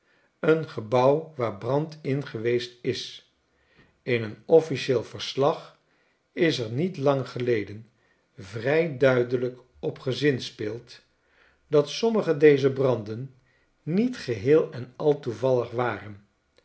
een gebouw waar brand in geweest is in een offlcieel verslag is er niet lang geleden vrij duidelijk op gezinspeeld dat sommige dezer branden niet geheel en al toevallig waren